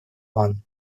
ван